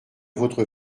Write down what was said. votre